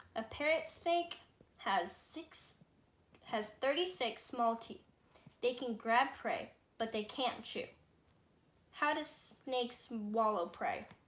a parent snake has six has thirty six multi they can grab prey but they can't chew how does snake swallow prey